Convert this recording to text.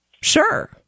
Sure